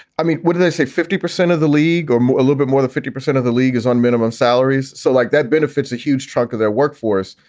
i mean, what do they say, fifty percent of the league or more? a little bit more than fifty percent of the league is on minimum salaries. so like that benefits a huge chunk of their workforce.